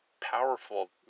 powerful